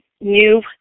new